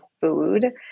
food